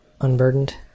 unburdened